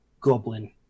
goblin